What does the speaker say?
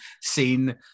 seen